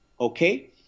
okay